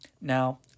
Now